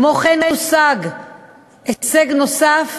כמו כן הושג הישג נוסף,